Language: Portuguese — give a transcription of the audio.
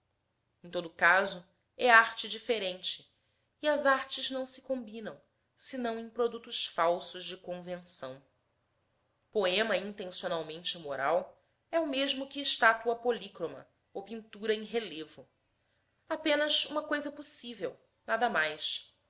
em todo caso é arte diferente e as artes não se combinam senão em produtos falsos de convenção poema intencionalmente moral é o mesmo que estátua polícroma ou pintura em relevo apenas uma coisa possível nada mais